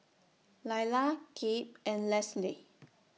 Lailah Kip and Lesli